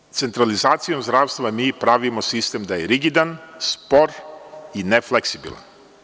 Tema je da centralizacijom zdravstva mi pravimo sistem da je rigidan, spor i nefleksibilan.